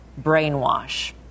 brainwash